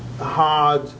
Hard